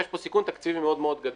ויש פה סיכון תקציבי מאוד גדול.